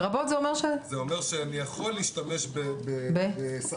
זה אומר שאני יכול להשתמש בשחקנים.